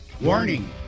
warning